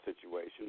situation